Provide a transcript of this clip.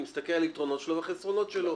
אני מסתכל על היתרונות שלו ועל החסרונות שלו,